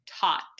taught